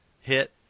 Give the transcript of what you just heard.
hit